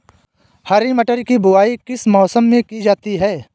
हरी मटर की बुवाई किस मौसम में की जाती है?